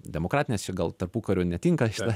demokratinės čia gal tarpukariu netinka šita